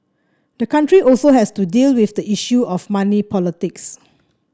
the country also has to deal with the issue of money politics